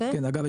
אגב,